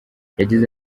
yagize